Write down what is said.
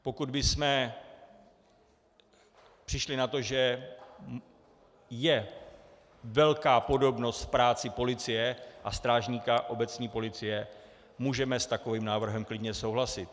Pokud bychom přišli na to, že je velká podobnost v práci policie a strážníka obecní policie, můžeme s takovým návrhem klidně souhlasit.